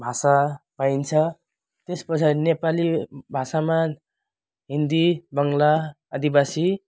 भाषा पाइन्छ त्यसपछाडि नेपाली भाषामा हिन्दी बङ्गला आदिवासी